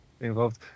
involved